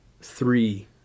Three